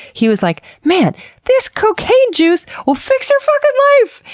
he was like, man this cocaine juice will fix your fucking life!